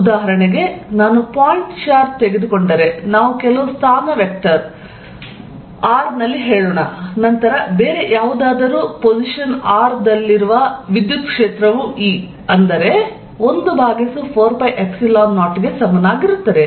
ಉದಾಹರಣೆಗೆ ನಾನು point charge ತೆಗೆದುಕೊಂಡರೆ ನಾವು ಕೆಲವು ಸ್ಥಾನ ವೆಕ್ಟರ್ R ನಲ್ಲಿ ಹೇಳೋಣ ನಂತರ ಬೇರೆ ಯಾವುದಾದರೂ ಸ್ಥಾನ r ದಲ್ಲಿರುವ ವಿದ್ಯುತ್ ಕ್ಷೇತ್ರವು E ಅಂದರೆ 14π0 ಗೆ ಸಮನಾಗಿರುತ್ತದೆ